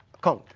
count.